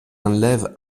enlève